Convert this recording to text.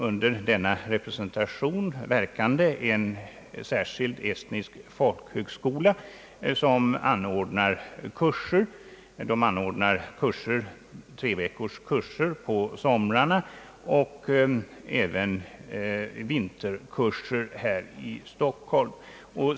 Under denna representation verkar en särskild estnisk folkhögskola som anordnar treveckorskurser på somrarna och även vinterkurser här i Stockholm.